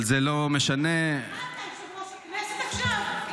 מה אתה, יושב-ראש הכנסת עכשיו?